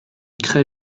crée